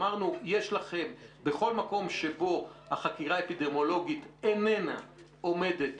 בכל מקום שבו החקירה האפידמיולוגית איננה עומדת